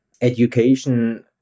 education